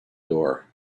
door